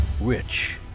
Rich